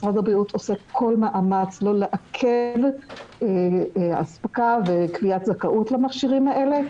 משרד הבריאות עושה כל מאמץ שלא לעכב אספקה וקביעת זכאות למכשירים האלה,